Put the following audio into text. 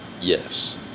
Yes